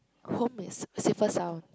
home is safer sound